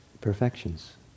perfections